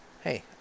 Hey